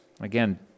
again